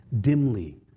dimly